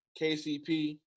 KCP